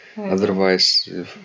otherwise